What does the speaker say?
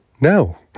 No